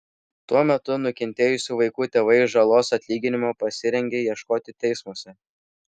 tuo metu nukentėjusių vaikų tėvai žalos atlyginimo pasirengę ieškoti teismuose